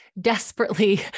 desperately